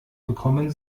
bekommen